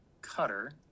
Cutter